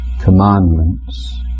commandments